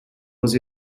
was